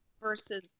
versus